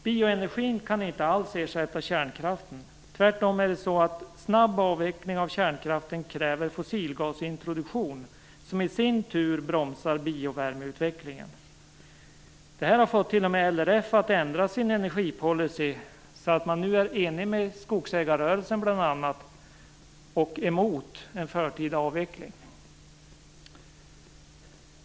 Bioenergin kan inte alls ersätta kärnkraften. Tvärtom är det så att en snabb avveckling av kärnkraften kräver fossilgasintroduktion som i sin tur bromsar biovärmeutvecklingen. Detta har fått t.o.m. LRF att ändra sin energipolicy så att man nu är enig med bl.a. skogsägarrörelsen och emot en förtida avveckling.